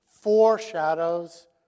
foreshadows